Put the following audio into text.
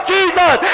Jesus